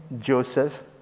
Joseph